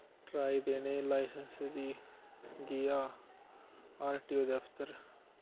try देने गी license दी गेआ आर टी ओ दफ्तर